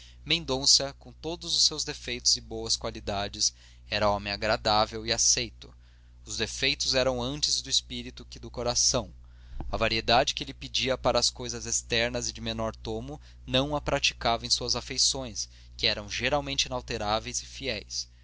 mendonça com todos os seus defeitos e boas qualidades era homem agradável e aceito os defeitos eram antes do espírito que do coração a variedade que ele pedia para as coisas externas e de menor tomo não a praticava em suas afeições que eram geralmente inalteráveis e fiéis